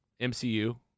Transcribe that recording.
MCU